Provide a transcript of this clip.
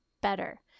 better